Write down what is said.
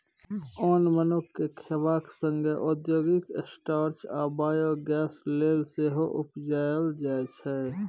ओन मनुख केँ खेबाक संगे औद्योगिक स्टार्च आ बायोगैस लेल सेहो उपजाएल जाइ छै